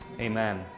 Amen